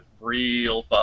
real